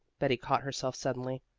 betty caught herself suddenly.